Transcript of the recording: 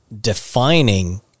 defining